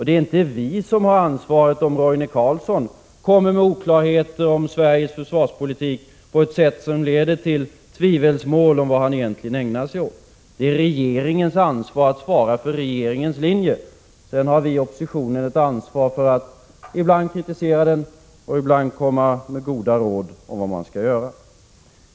Det är inte vi som har ansvaret om Roine Carlsson kommer med oklarheter om Sveriges försvarspolitik på ett sätt som leder till tvivelsmål om vad han egentligen ägnar sig åt. Det är regeringens ansvar att svara för regeringens linje. Sedan har vi i oppositionen ett ansvar för att ibland kritisera regeringen och ibland komma med goda råd om vad man skall göra.